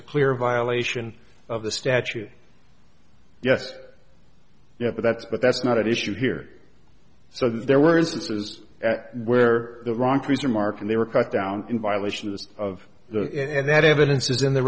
a clear violation of the statute yes yes but that's but that's not at issue here so there were instances where the wrong trees are marking they were cut down in violation of the of the and that evidence is in the